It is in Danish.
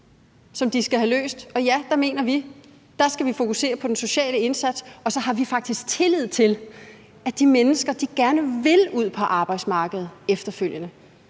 de skal have løst, og der mener vi, at vi skal fokusere på den sociale indsats, og så har vi faktisk tillid til, at de mennesker efterfølgende gerne vil ud på arbejdsmarkedet. Det er ikke